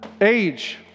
Age